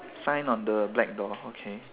sign on the black door okay